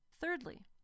Thirdly